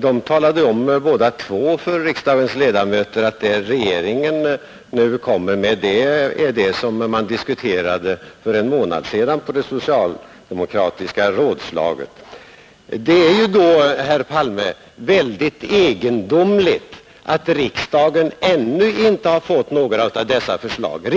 De talade båda två om för riksdagens ledamöter, att de förslag regeringen skall komma med är de som man diskuterade för en månad sedan på det socialdemokratiska rådslaget. Det är då, herr Palme, väldigt egendomligt att riksdagen ännu inte har presenterats några av dessa förslag.